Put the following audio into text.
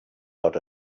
out